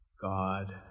God